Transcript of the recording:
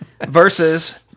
versus